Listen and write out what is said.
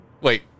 Wait